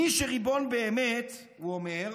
מי שריבון באמת, הוא אומר,